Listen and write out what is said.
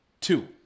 two